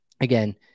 Again